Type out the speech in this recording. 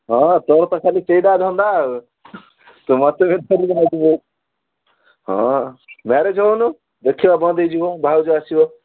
ହଁ ତୋର ତ ଖାଲି ସେଇଟା ଧନ୍ଦା ଆଉ ହଁ ମ୍ୟାରେଜ୍ ହେଉନୁ ଦେଖିବା ବନ୍ଦ ହୋଇଯିବ ଭାଉଜ ଆସିବ